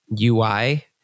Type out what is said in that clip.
UI